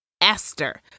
Esther